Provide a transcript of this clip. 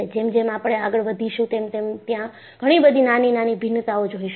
જેમ જેમ આપણે આગળ વધીશું તેમ તેમ ત્યાં ઘણીબધી નાની નાની ભિન્નતાઓ જોઈશું